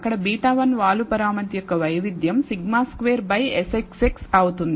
అక్కడ β1వాలు పరామితి యొక్క వైవిధ్యం σ2 by SXX అవుతుంది